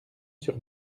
sur